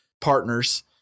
partners